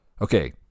Okay